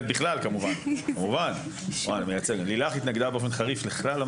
לילך התנגדה באופן חריף לכלל המנגנון בעבירות של ---,